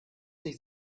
nicht